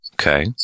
okay